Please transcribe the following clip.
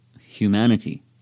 humanity